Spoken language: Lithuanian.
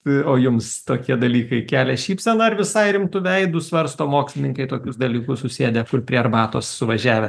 o jums tokie dalykai kelia šypseną ar visai rimtu veidu svarsto mokslininkai tokius dalykus susėdę prie arbatos suvažiavę